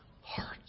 hearts